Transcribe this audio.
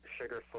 Sugarfoot